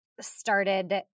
started